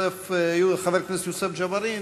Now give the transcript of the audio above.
חבר הכנסת יוסף ג'בארין,